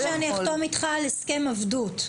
זה כמו שאני אחתום איתך על הסכם עבדות.